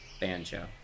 banjo